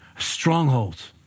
Strongholds